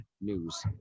news